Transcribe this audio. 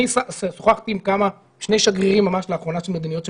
שוחחתי עם שני שגרירים של מדינות,